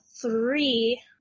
Three